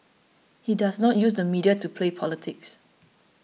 he does not use the media to play politics